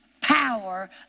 power